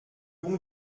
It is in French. bon